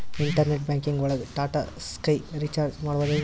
Internet banking ಒಳಗ್ Tata Sky recharge ಮಾಡದ್ ಹೆಂಗ್ರೀ?